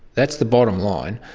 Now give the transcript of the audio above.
that's the bottom line.